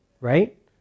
right